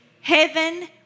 Heaven